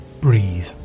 breathe